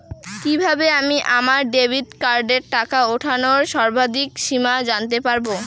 কিভাবে আমি আমার ডেবিট কার্ডের টাকা ওঠানোর সর্বাধিক সীমা জানতে পারব?